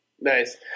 Nice